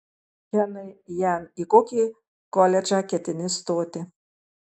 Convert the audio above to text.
kenai jan į kokį koledžą ketini stoti